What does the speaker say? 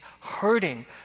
hurting